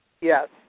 Yes